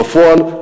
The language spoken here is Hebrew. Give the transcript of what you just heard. בפועל,